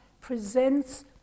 presents